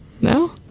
No